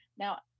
Now